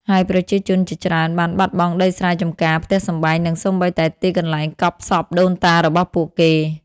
ហើយប្រជាជនជាច្រើនបានបាត់បង់ដីស្រែ ចម្ការ ផ្ទះសម្បែង និងសូម្បីតែទីកន្លែងកប់សពដូនតារបស់ពួកគេ។